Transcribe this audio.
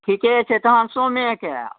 ठीके छै तहन सोमेके आयब